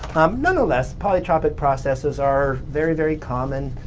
um nonetheless, polytropic processes are very, very common.